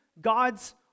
God's